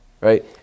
Right